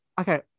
okay